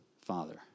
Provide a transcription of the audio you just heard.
Father